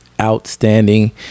outstanding